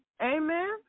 Amen